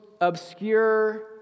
obscure